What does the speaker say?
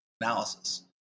analysis